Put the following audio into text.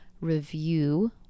review